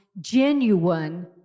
genuine